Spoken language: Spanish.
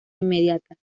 inmediata